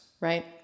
right